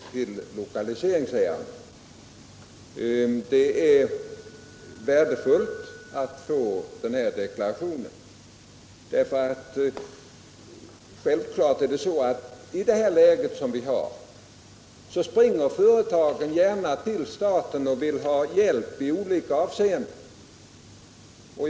Herr talman! Jag tackar för det uttalande som industriministern gör när det gäller att ta ställning i lokaliseringsärenden. Det är värdefullt att vi har fått den deklarationen, därför att i det läge som nu råder är det självklart att företagen gärna springer till staten och vill ha hjälp i olika avseenden.